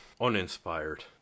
uninspired